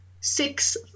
six